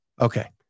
Okay